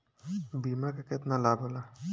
बीमा के केतना लाभ होला?